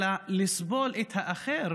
אלא לסבול את האחר